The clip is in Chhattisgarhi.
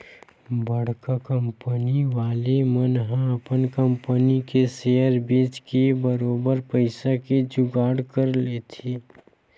बड़का कंपनी वाले मन ह अपन कंपनी के सेयर बेंच के बरोबर पइसा के जुगाड़ कर लेथे